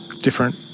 different